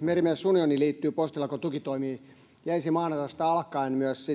merimies unioni liittyy postilakon tukitoimiin ja ensi maanantaista alkaen myös